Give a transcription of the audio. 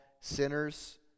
sinners